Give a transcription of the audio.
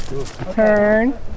Turn